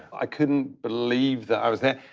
i couldn't believe that i was there.